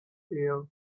air